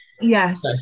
Yes